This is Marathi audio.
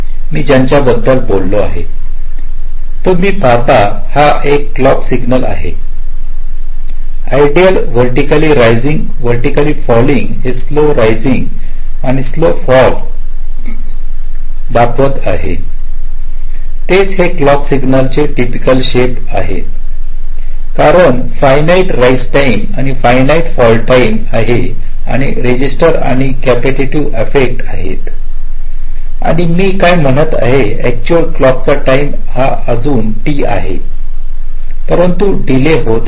मी ज्यांच्याबद्दल बोलले तर तुम्ही पाहता हा एक क्लॉक सिग्नल आहे आयडियल व्हर्टीकललंय रायजिंग व्हर्टीकललंय फॉलीिंग हे स्लो राईज आणि स्लो फॉल दाखवत होता तेच हे क्लॉकसिग्नल चे टिपिकल शेप आहेत कारण फाईनाईट राईस टाईम आणि फाईनाईट फॉल टाईम आहे आणि रजिस्टर आणि कॅपेसडटव्ह आफेक्ट आहेत आणि मी काय म्हणत आहे अक्च्युअल क्लॉकचा टाईम हा अजूनही T आहे परंतु या डीले होत आहेत